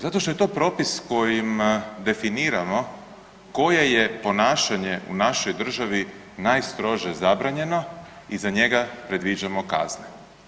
Zato što je to propis kojim definiramo koje je ponašanje u našoj državi najstrože zabranjeno i za njega predviđamo kazne.